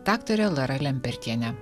daktare lara lempertiene